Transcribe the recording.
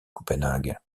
copenhague